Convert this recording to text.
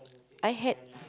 I had